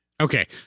Okay